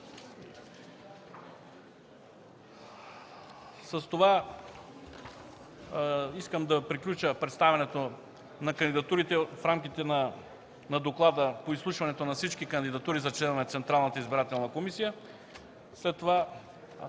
С това искам да приключа представянето на кандидатурите в рамките на доклада по изслушването на всички кандидатури за членове